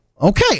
Okay